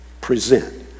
Present